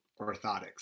orthotics